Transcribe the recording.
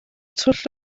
twll